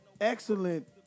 excellent